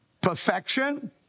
perfection